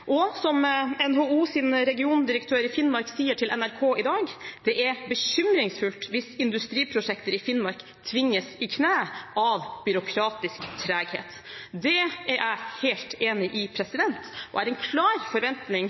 Som NHOs regiondirektør i Finnmark sier til NRK i dag: «Det er bekymringsfullt hvis industriprosjekter i Finnmark tvinges i kne av byråkratisk treghet.» Det er jeg helt enig i, og jeg har en klar forventning